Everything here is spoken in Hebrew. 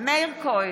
מאיר כהן,